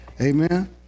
Amen